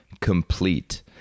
complete